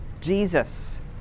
Jesus